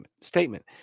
statement